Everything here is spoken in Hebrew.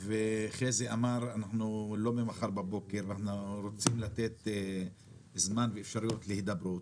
עורך דין אביגיל את רוצה להוסיף משהו לפני שעוברים להצבעה?